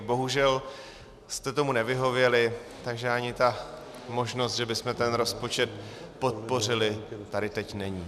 Bohužel jste tomu nevyhověli, takže ani ta možnost, že bychom ten rozpočet podpořili, tady teď není.